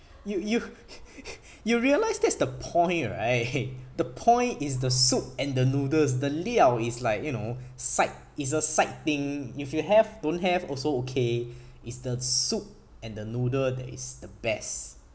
you you you realise that's the point right the point is the soup and the noodles the liao is like you know side it's a side thing if you have don't have also okay it's the soup and the noodle that is the best